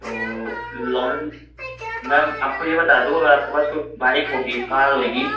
तो loan ma'am आपको ये बता दूँ अगर आपके पास कोई बाइक होगी कार होएगी